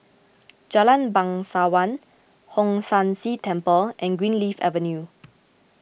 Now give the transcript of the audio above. Jalan Bangsawan Hong San See Temple and Greenleaf Avenue